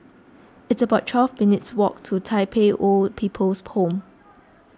it's about twelve minutes' walk to Tai Pei Old People's Home